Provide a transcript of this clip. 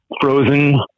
frozen